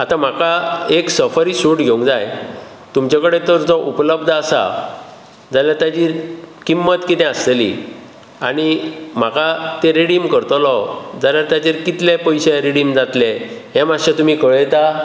आतां म्हाका एक सफरी सूट घेवूंक जाय तुमचे कडेन जर तो उपलब्द आसा जाल्यार ताची किम्मत कितें आसतली आनी म्हाका तें रिडीम करतलो जाल्यार ताचेर कितले पयशें रिडीम जातले हें मातशें तुमी कळयता